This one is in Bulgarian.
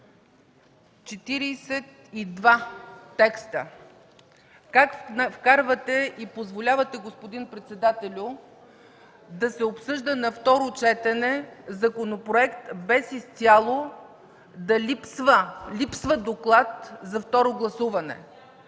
242 текста! Как вкарвате и позволявате, господин председателю, да се обсъжда на второ четене законопроект – липсва доклад за второ гласуване?!